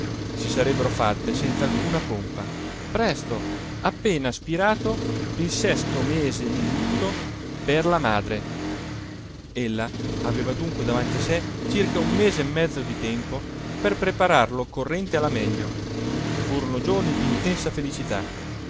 si sarebbero fatte senz'alcuna pompa presto appena spirato il sesto mese di lutto per la madre ella aveva dunque davanti a sé circa un mese e mezzo di tempo per preparar l'occorrente alla meglio furono giorni d'intensa felicità